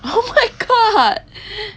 oh my god